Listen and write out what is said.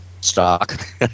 stock